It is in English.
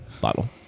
Bottle